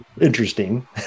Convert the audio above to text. interesting